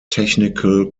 technical